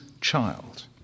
child